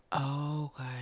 Okay